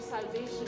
salvation